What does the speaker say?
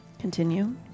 continue